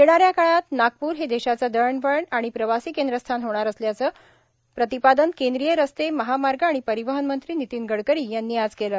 येणाऱ्या काळात नागपूर हे देशाचं दळणवळण आणि प्रवासी केंद्रस्थान होणार असल्याचं प्रतिपादन केद्रीय रस्स्ते महामार्ग आणि परिवाहन मंत्री नितीन गडकरी यांनी केलं